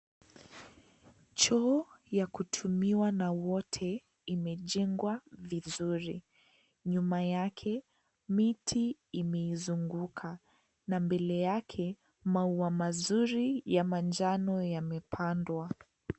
Choo ya kutumiwa na wote imejengwa vizuri . Nyuma yake miti imeizunguka na mbele yake maua mazuri ya manjano yamepandwa.